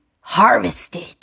harvested